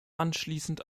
anschließend